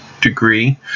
degree